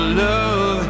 love